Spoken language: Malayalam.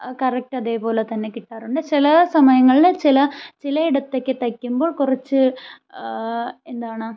കറക്റ്റ് അതേപോലെ തന്നെ കിട്ടാറുണ്ട് ചില സമയങ്ങളിൽ ചില ചിലയിടത്തൊക്കെ തയ്ക്കുമ്പോൾ കുറച്ച് എന്താണ്